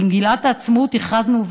במגילת העצמאות הכרזנו,